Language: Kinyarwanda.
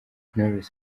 knowless